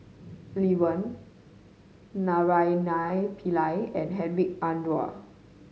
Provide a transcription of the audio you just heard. Lee Wen Naraina Pillai and Hedwig Anuar